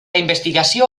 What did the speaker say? investigació